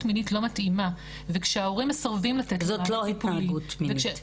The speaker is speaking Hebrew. מינית לא מתאימה וכשההורים מסרבים לתת --- זאת לא התנהגות מינית.